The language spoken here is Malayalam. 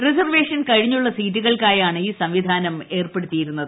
റിസർവേഷൻ കഴിഞ്ഞുള്ള സീറ്റുകൾക്കായാണ് ഈ സംവിധാനം ഏർപ്പെടുത്തിയിരുന്നത്